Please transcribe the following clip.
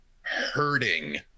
hurting